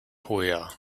hoya